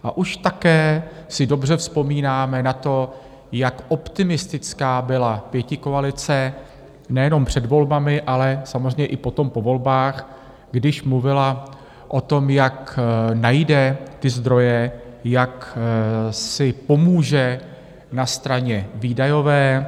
A už také si dobře vzpomínáme na to, jak optimistická byla pětikoalice nejenom před volbami, ale samozřejmě i potom po volbách, když mluvila o tom, jak najde ty zdroje, jak si pomůže na straně výdajové.